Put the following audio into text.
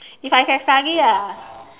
if I can study lah